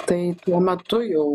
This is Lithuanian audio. tai tuo metu jau